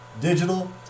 digital